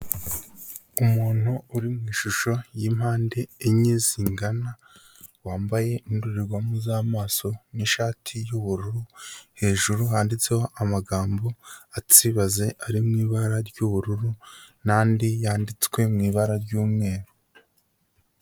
Umuntu uri mu ishusho y'impande enye zingana wambaye indorerwamu z'amaso n'ishati y'ubururu, hejuru handitseho amagambo atsibaze ari mu ibara ry'ubururu n'andi yanditswe mu ibara ry'umweru.